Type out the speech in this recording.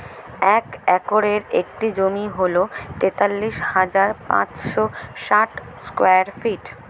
এক একরের একটি জমি হল তেতাল্লিশ হাজার পাঁচশ ষাট স্কয়ার ফিট